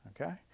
okay